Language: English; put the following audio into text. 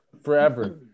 forever